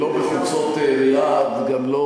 שלא בחוצות עיראק וגם לא